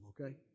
okay